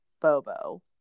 Bobo